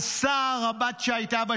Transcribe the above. בן 12 בשבי, על סהר הבת, שהייתה בשבי,